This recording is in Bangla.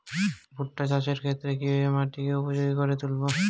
ভুট্টা চাষের ক্ষেত্রে কিভাবে মাটিকে উপযোগী করে তুলবো?